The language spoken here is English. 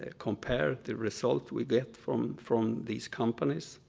ah compare the result we get from from these companies.